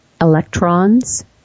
electrons